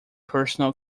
personal